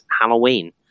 Halloween